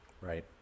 right